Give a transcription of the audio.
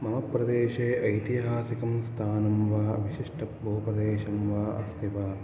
मम प्रदेशे ऐतिहासिकं स्थानं वा विशिष्टभूप्रदेशं वा अस्ति वा